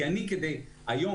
כי היום,